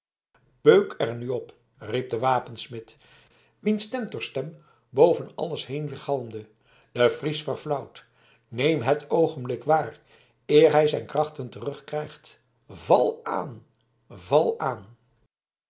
er nu op riep de wapensmid wiens stentorstem boven alles heen weergalmde de fries verflauwt neem het oogenblik waar eer hij zijn krachten terugkrijgt val aan val aan